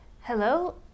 Hello